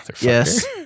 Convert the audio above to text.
yes